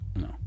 No